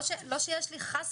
כי לא שיש לי חלילה,